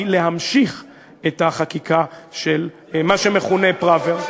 היא להמשיך את החקיקה של מה שמכונה פראוור.